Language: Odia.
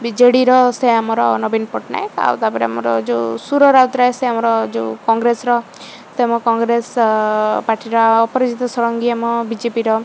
ବିଜେଡ଼ିର ସେ ଆମର ନବୀନ ପଟ୍ଟନାୟକ ଆଉ ତା'ପରେ ଆମର ଯୋଉ ସୁର ରାଉତରାୟ ସେ ଆମର ଯୋଉ କଂଗ୍ରେସର ସେ ଆମ କଂଗ୍ରେସ ପାର୍ଟିର ଅପରାଜିତା ଷଡ଼ଙ୍ଗୀ ଆମ ବିଜେପିର